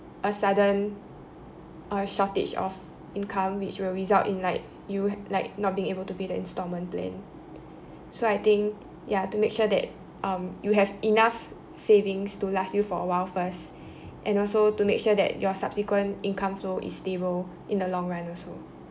a sudden a shortage of income which will result in like you like not being able to pay the instalment plan so I think ya to make sure that um you have enough savings to last you for a while first and also to make sure that your subsequent income flow is stable in the long run also